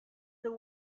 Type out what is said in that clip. the